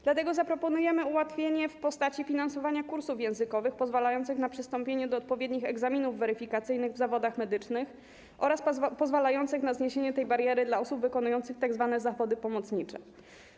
Dlatego zaproponujemy ułatwienie w postaci finansowania kursów językowych pozwalających na przystąpienie do odpowiednich egzaminów weryfikacyjnych w zawodach medycznych oraz pozwalających na zniesienie tej bariery dla osób wykonujących tzw. zawody pomocnicze.